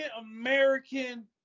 American